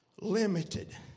limited